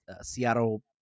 Seattle